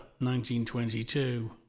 1922